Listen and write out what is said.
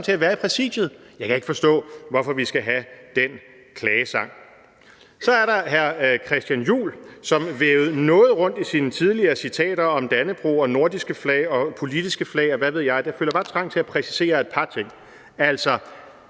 til at være i Præsidiet. Jeg kan ikke forstå, hvorfor vi skal have den klagesang. Så er der hr. Christian Juhl, som vævede noget rundt i sine tidligere citater om Dannebrog, nordiske flag og politiske flag, og hvad ved jeg. Jeg føler bare trang til at præcisere et par ting. Altså,